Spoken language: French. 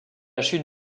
chute